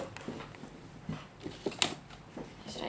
that's right